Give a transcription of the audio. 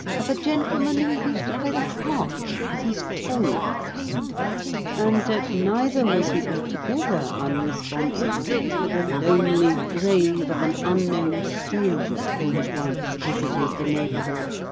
of a gentleman who used to play the harp with his toes and that neither was he altogether unresponsible for the lonely grave of an unknown stranger who had once visited the neighbourhood,